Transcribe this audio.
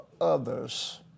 others